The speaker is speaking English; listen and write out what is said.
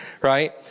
right